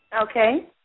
Okay